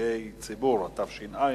במקרקעי ציבור, התש"ע 2010,